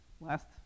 last